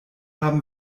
haben